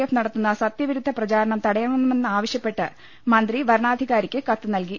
F നടത്തുന്ന സത്യവിരുദ്ധ പ്രചാ രണം തടയണമെന്നാവശ്യപ്പെട്ട് മന്ത്രി വരണാധികാരിക്ക് കത്ത് നൽകി